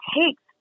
takes